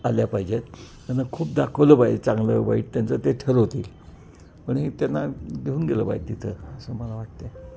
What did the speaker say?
आल्या पाहिजेत त्यांन खूप दाखवलं पाहिजे चांगलं वाईट त्यांचं ते ठरवतील पण हे त्यांना घेऊन गेलं पाहिजे तिथं असं मला वाटतं आहे